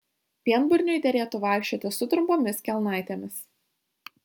pienburniui derėtų vaikščioti su trumpomis kelnaitėmis